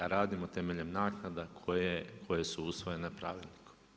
Radimo temeljem naknada koje su usvojene pravilnikom.